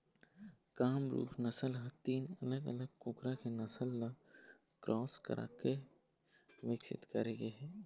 कामरूप नसल ह तीन अलग अलग कुकरा के नसल ल क्रास कराके बिकसित करे गे हे